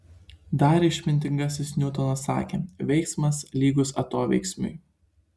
dar išmintingasis niutonas sakė veiksmas lygus atoveiksmiui